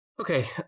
Okay